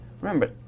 remember